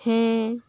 ᱦᱮᱸᱻ